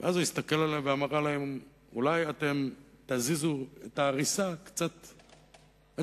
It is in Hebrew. ואז הוא הסתכל עליהם ואמר להם: אולי אתם תזיזו את העריסה קצת הצדה?